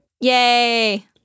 Yay